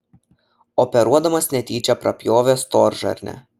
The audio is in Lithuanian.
operuodamas netyčia prapjovė storžarnę